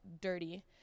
dirty